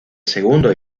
segundo